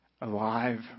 alive